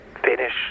finish